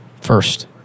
first